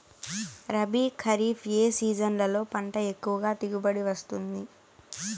రబీ, ఖరీఫ్ ఏ సీజన్లలో పంట ఎక్కువగా దిగుబడి వస్తుంది